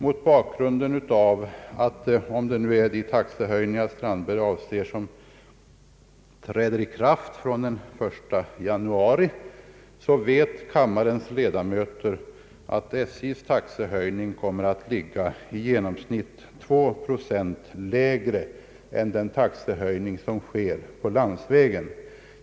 Om det är SJ:s taxehöjningar fr.o.m. den 1 januari 1970 som ligger bakom herr Strandbergs råd till mig, så vet kammarens ledamöter att dessa höjningar kommer att ligga i genomsnitt två procent lägre än den taxehöjning som gäller för landsvägstrafiken.